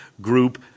Group